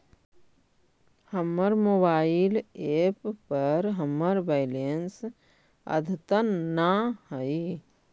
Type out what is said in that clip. हमर mobile app पर हमर बैलेंस अद्यतन ना हई